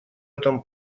этом